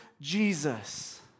Jesus